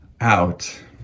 out